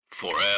Forever